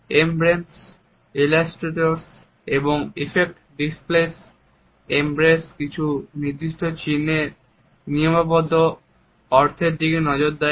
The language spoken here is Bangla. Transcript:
এমব্লেম কিছু নির্দিষ্ট চিহ্নের নিয়মাবদ্ধ অর্থের দিকে নজর দেয়